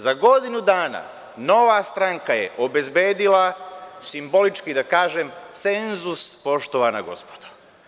Za godinu dana Nova stranka je obezbedila, simbolički da kažem, cenzus poštovana gospodo.